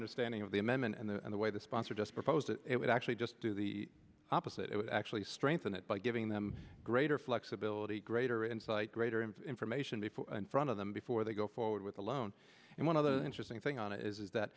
understanding of the amendment and the way the sponsor just proposed it would actually just do the opposite it would actually strengthen it by giving them greater flexibility greater insight greater in information before in front of them before they go forward with a loan and one other interesting thing on it is that